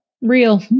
real